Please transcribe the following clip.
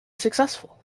successful